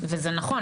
וזה נכון,